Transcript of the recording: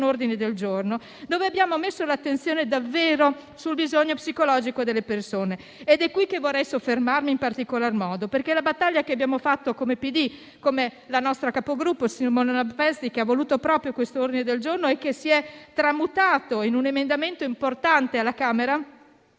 ordini del giorno con i quali abbiamo posto l'attenzione davvero sul bisogno psicologico delle persone. È su questo che vorrei soffermarmi in particolar modo, sulla battaglia che abbiamo fatto come PD, con la nostra capogruppo Simona Malpezzi, che ha voluto un ordine del giorno che si è tramutato in un emendamento importante alla Camera.